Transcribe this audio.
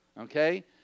okay